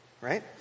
Right